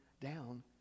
down